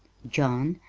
john,